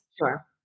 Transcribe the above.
Sure